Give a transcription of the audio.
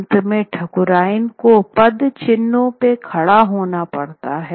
अंत में ठाकुरायन को पदचिह्नों में खड़ा होना पड़ा था